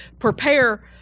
prepare